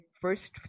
first